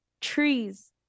trees